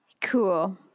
Cool